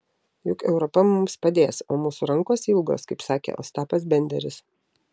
juk europa mums padės o mūsų rankos ilgos kaip sakė ostapas benderis